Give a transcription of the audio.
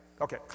Okay